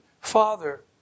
Father